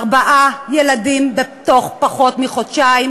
ארבעה ילדים בתוך פחות מחודשיים